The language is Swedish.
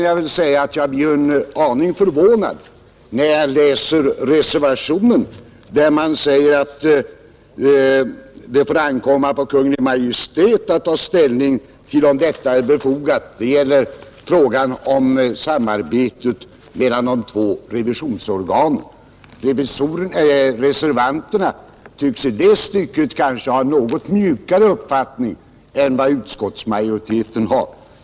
Jag blev en aning förvånad när jag läste reservationen, där man säger att det får ankomma på Kungl. Maj:t att ta ställning till om detta är befogat — det gäller frågan om samarbetet mellan de två revisionsorganen. Reservanterna tycks i det stycket ha en något mjukare uppfattning än utskottsmajoriteten.